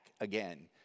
again